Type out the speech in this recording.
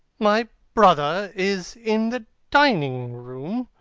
my brother is in the dining-room?